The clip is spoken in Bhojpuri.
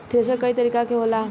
थ्रेशर कई तरीका के होला